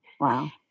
Wow